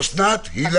אוסנת הילה הגינות מארק.